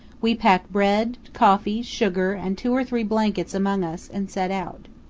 we pack bread, coffee, sugar, and two or three blankets among us, and set out.